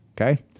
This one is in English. Okay